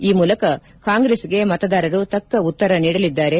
ಈ ಮೂಲಕ ಕಾಂಗ್ರೆಸ್ಗೆ ಮತದಾರರು ತಕ್ಕ ಉತ್ತರ ನೀಡಲಿದ್ದಾರೆ